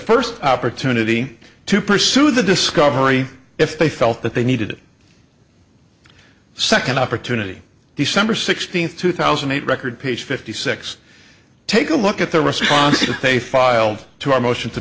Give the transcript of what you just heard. first opportunity to pursue the discovery if they felt that they needed a second opportunity the summer sixteenth two thousand and eight record page fifty six take a look at the response they filed to our motion to